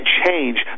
change